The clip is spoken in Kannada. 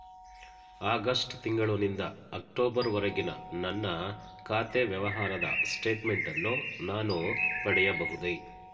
ಆಗಸ್ಟ್ ತಿಂಗಳು ನಿಂದ ಅಕ್ಟೋಬರ್ ವರೆಗಿನ ನನ್ನ ಖಾತೆ ವ್ಯವಹಾರದ ಸ್ಟೇಟ್ಮೆಂಟನ್ನು ನಾನು ಪಡೆಯಬಹುದೇ?